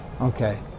okay